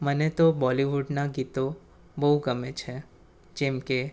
મને તો બોલિવૂડના ગીતો બહુ ગમે છે જેમ કે